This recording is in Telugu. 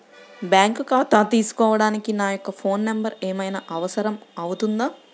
బ్యాంకు ఖాతా తీసుకోవడానికి నా యొక్క ఫోన్ నెంబర్ ఏమైనా అవసరం అవుతుందా?